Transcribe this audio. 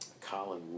Colin